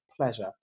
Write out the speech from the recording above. pleasure